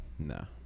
No